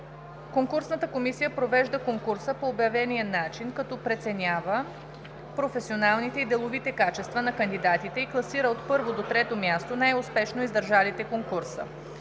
Конкурсната комисия провежда конкурса по обявения начин, като преценява професионалните и деловите качества на кандидатите и класира от първо до трето място най-успешно издържалите конкурса.